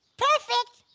perfect.